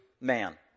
man